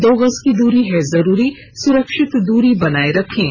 दो गज की दूरी है जरूरी सुरक्षित दूरी बनाए रखें